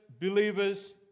believers